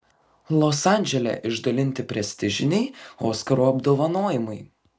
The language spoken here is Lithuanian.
los andžele išdalinti prestižiniai oskarų apdovanojimai